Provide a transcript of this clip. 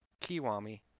Kiwami